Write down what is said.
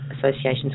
Associations